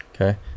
Okay